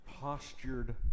postured